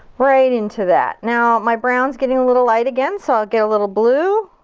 right into that. now my brown's getting a little light again so i'll get a little blue.